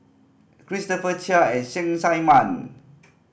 Christopher Chia and Cheng Tsang Man